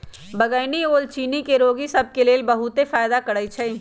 बइगनी ओल चिन्नी के रोगि सभ के लेल बहुते फायदा करै छइ